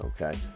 Okay